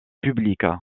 publique